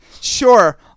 Sure